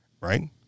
Right